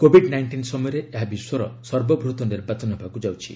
Covid nineteen ସମୟରେ ଏହା ବିଶ୍ୱର ସର୍ବବୃହତ ନିର୍ବାଚନ ହେବାକୁ ଯାଉଛି